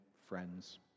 friends